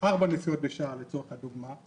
ארבע נסיעות בשעה לצורך הדוגמה,